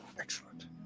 Excellent